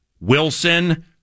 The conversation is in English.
Wilson